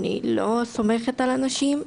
אני לא סומכת על אנשים,